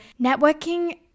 networking